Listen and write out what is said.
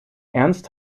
ernst